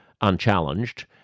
unchallenged